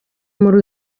muri